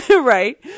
right